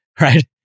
right